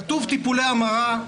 כתוב "טיפולי המרה"